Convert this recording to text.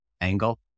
angle